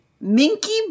Minky